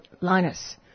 Linus